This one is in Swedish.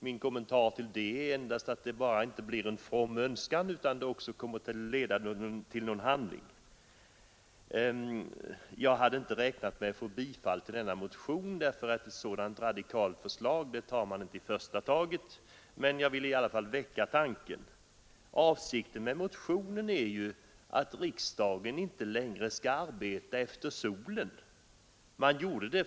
Min förhoppning är att det inte bara blir en from önskan utan också kommer att leda till någon handling. Jag hade inte räknat med att utskottet skulle tillstyrka denna motion — ett så radikalt förslag antar man inte i första taget — men jag ville i varje fall väcka tanken. Avsikten med motionen är att riksdagen inte längre skall arbeta efter solen.